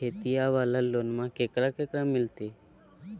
खेतिया वाला लोनमा केकरा केकरा मिलते?